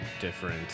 different